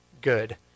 good